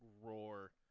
roar